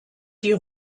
die